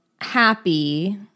happy